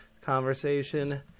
conversation